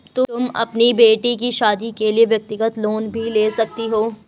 तुम अपनी बेटी की शादी के लिए व्यक्तिगत लोन भी ले सकती हो